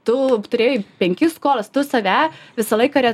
tu turėjai penkis korus tu save visą laiką re